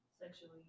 sexually